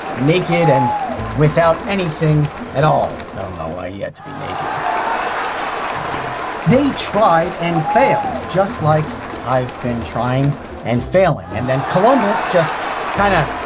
naked and without anything at all. i don't know why he had to be naked that's kinda weird. they tried and failed, just like i've been trying and failing. and then columbus just kinda